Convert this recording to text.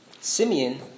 Simeon